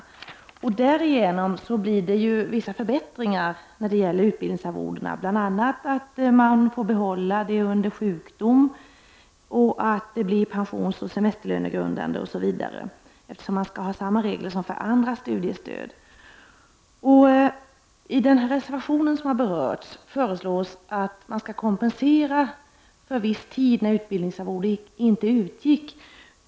Eftersom samma regler skall gälla för utbildningsarvodena som för andra studiestöd förbättras utbildningsarvodet i viss mån: Man får behålla det under sjukdom, det blir pensionsoch semesterlönegrundande, osv. I den reservation som har berörts föreslås att man skall kompensera för viss tid när utbildningsarvode inte utgick.